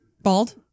bald